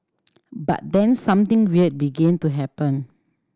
but then something weird began to happen